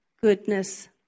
goodness